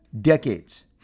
decades